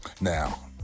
Now